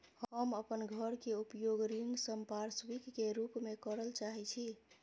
हम अपन घर के उपयोग ऋण संपार्श्विक के रूप में करल चाहि छी